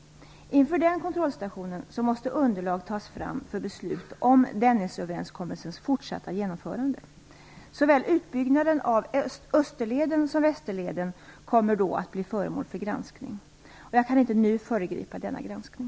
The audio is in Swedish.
Inför denna kontrollstation måste underlag tas fram för beslut om Utbyggnaden av såväl Österleden som Västerleden kommer då att bli föremål för granskning. Jag kan inte nu föregripa denna granskning.